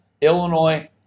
Illinois